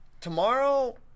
tomorrow